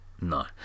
No